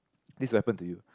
this will happen to you